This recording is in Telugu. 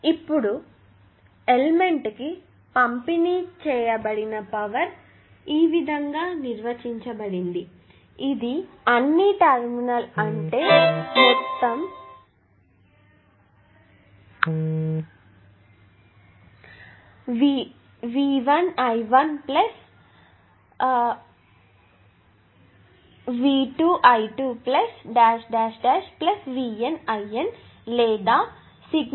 ఇప్పుడు ఎలెమెంట్స్ కి పంపిణీ చేయబడిన పవర్ ఈ విధంగా నిర్వచించబడింది ఇది అన్ని టెర్మినల్ అంటే మొత్తం VKIK అని నిర్వచించబడింది ఇది ప్రాథమికంగా V1 I1V2 I2